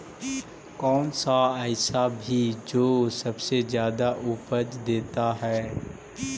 कौन सा ऐसा भी जो सबसे ज्यादा उपज देता है?